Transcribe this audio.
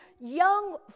young